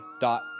dot